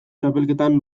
txapelketan